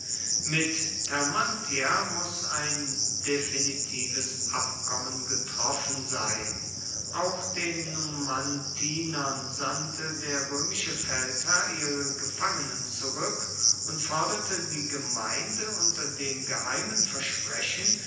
mit termantia muß ein definitives abkommen getroffen sein auch den numantinern sandte der römische feldherr ihre gefangenen zurück und forderte die gemeinde unter dem geheimen versprechen